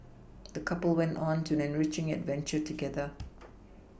the couple went on to enriching adventure together